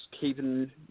keeping